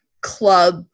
club